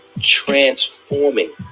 transforming